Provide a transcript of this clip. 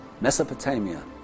Mesopotamia